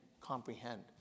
comprehend